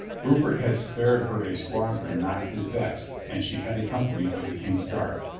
rupert had spared her a squad ron not his best and she had a company of the king's guard.